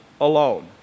alone